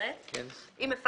כל